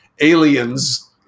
Aliens